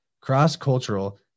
cross-cultural